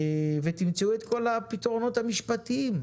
ותמצאו את כל הפתרונות המשפטיים,